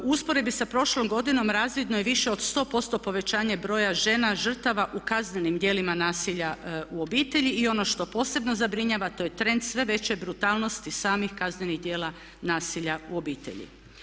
U usporedbi sa prošlom godinom razvidno je više od 100% povećanje broja žena žrtava u kaznenim djelima nasilja u obitelji i ono što posebno zabrinjava to je trend što veće brutalnosti samih kaznenih djela nasilja u obitelji.